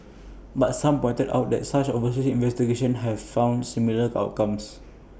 but some pointed out that such overseas investigations have found similar outcomes